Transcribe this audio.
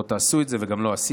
לא תעשו את זה וגם לא עשיתם.